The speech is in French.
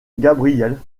gabriel